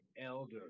Elder